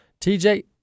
TJ